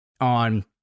on